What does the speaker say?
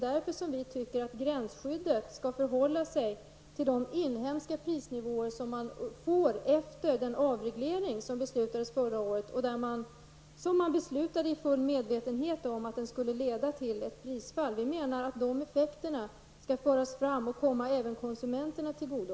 Därför tycker vi att gränsskyddet skall förhålla sig till de inhemska prisnivåer som man får efter den avreglering som man fattade beslut om förra året i fullt medvetande om att den skulle leda till ett prisfall. De effekterna skall föras fram och komma även konsumenterna till godo.